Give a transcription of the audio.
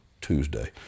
Tuesday